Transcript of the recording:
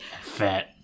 Fat